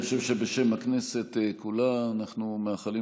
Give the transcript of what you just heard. אני חושב שבשם הכנסת כולה אנחנו מאחלים